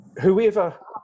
whoever